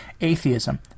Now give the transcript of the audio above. atheism